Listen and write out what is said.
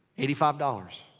eighty five dollars.